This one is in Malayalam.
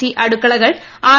സി അടുക്കളകൾ ആർ